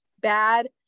bad